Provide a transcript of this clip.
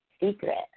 secret